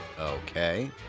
Okay